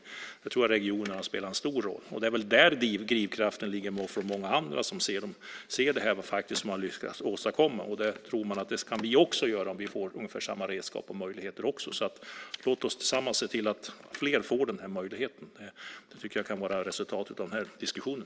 När det gäller detta tror jag att regionerna spelar en stor roll, och det är väl där drivkraften ligger för många andra som ser vad som faktiskt lyckats åstadkommas och tror att man själva också kan göra det om man får ungefär samma redskap och möjligheter. Låt oss alltså tillsammans se till att fler får denna möjlighet. Det tycker jag kan vara resultatet av denna diskussion.